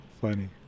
Funny